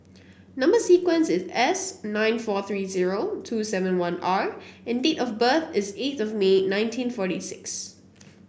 number sequence is S nine four three zero two seven one R and date of birth is eighth of May nineteen forty six